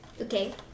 Okay